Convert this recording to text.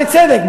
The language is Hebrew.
ובצדק,